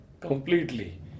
completely